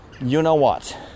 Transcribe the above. you-know-what